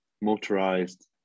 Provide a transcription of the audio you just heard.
motorized